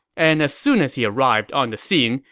and as soon as he arrived on the scene,